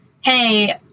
hey